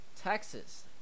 Texas